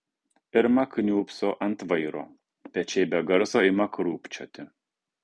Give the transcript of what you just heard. irma kniūbso ant vairo pečiai be garso ima krūpčioti